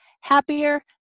happier